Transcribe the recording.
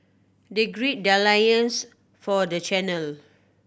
they gird their loins for the channel